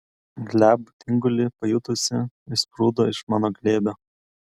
glebų tingulį pajutusi išsprūdo iš mano glėbio